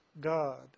God